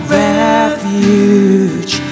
refuge